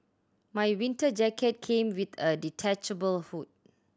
my winter jacket came with a detachable hood